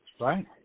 Right